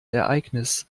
ereignis